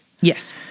Yes